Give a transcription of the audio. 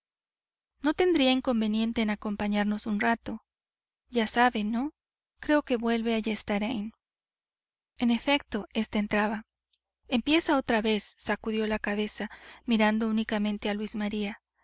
no tendría inconveniente en acompañarnos un rato ya sabe no creo que vuelve ayestarain en efecto éste entraba empieza otra vez sacudió la cabeza mirando únicamente a luis maría